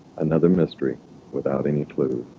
another mystery without any clue